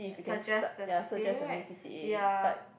suggest the C_C_A right ya